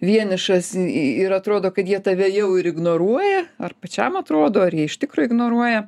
vienišas ir atrodo kad jie tave jau ir ignoruoja ar pačiam atrodo ar jie iš tikro ignoruoja